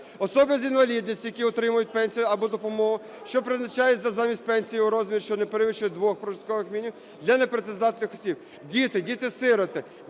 особи з інвалідністю, які отримують пенсію або допомогу, що призначається замість пенсії, у розмірі, що не перевищує двох прожиткових мінімумів для непрацездатних осіб; діти, діти-сироти,